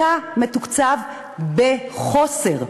אתה מתוקצב בחוסר.